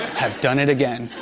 have done it again.